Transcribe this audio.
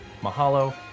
Mahalo